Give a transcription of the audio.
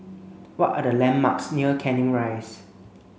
what are the landmarks near Canning Rise